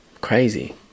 crazy